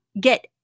get